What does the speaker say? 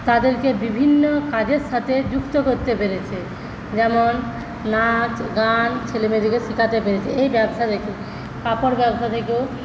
তাদেরকে বিভিন্ন কাজের সঙ্গে যুক্ত করতে পেরেছে যেমন নাচ গান ছেলেমেয়েদেরকে শেখাতে পেরেছে এই ব্যবসা থেকে কাপড় ব্যবসা থেকেও